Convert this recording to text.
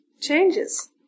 changes